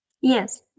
yes